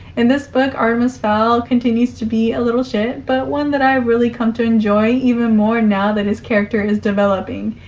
in this book, artemis fowl continues to be a little shit, but one that i've really come to enjoy, even more now that his character is developing.